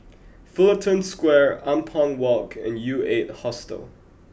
Fullerton Square Ampang Walk and U eight Hostel